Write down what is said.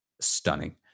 stunning